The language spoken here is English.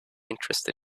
interested